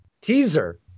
Teaser